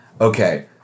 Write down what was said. okay